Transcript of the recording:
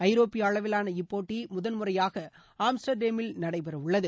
ஐரோப்பிய அளவிவான இப்போட்டி முதன்முறையாக ஆம்ஸ்டர்டேமில் நடைபெற உள்ளது